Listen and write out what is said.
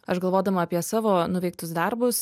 aš galvodama apie savo nuveiktus darbus